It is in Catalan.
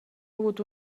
hagut